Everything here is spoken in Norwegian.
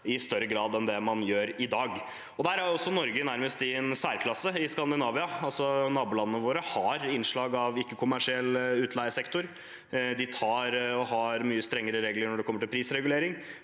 i større grad enn det man gjør i dag. Der er Norge nærmest i særklasse i Skandinavia. Nabolandene våre har innslag av ikke-kommersiell utleiesektor. De har mye strengere regler når det gjelder prisregulering,